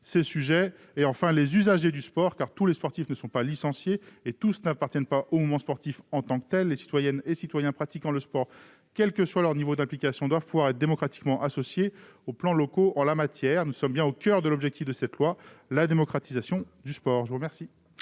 y associer les usagers du sport, car tous les sportifs ne sont pas licenciés ou n'appartiennent pas au mouvement sportif en tant que tel. Les citoyennes et citoyens pratiquant le sport, quel que soit leur niveau d'implication, doivent pouvoir être démocratiquement associés aux plans locaux. Nous sommes bien au coeur de l'objectif de cette loi : la démocratisation du sport. Quel